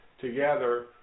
together